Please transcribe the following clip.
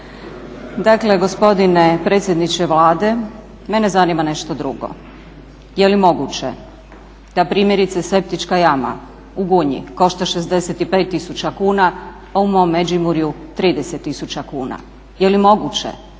Dakle gospodine predsjedniče Vlade, mene zanima nešto drugo. Je li moguće da primjerice septička jama u Gunji košta 65 tisuća kuna a u mom Međimurju 30 tisuća kuna? Je li moguće